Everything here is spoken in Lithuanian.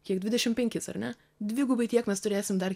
kiek dvidešimt penkis ar ne dvigubai tiek mes turėsim dar